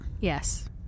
Yes